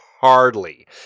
hardly